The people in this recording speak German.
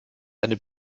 eine